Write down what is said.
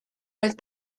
oedd